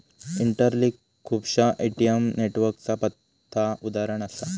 interlink खुपश्या ATM नेटवर्कचा फक्त उदाहरण असा